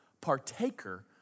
partaker